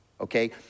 Okay